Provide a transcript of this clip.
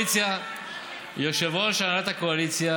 יושב-ראש הנהלת הקואליציה